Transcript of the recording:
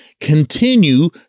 continue